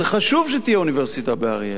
זה חשוב שתהיה אוניברסיטה באריאל.